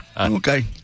Okay